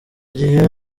gihe